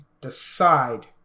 decide